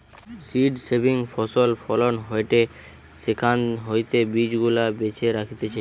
seed saving ফসল ফলন হয়টে সেখান হইতে বীজ গুলা বেছে রাখতিছে